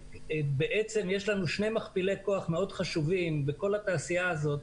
בעצם יש לנו שני מכפילי כוח מאוד חשובים בתעשייה הזו,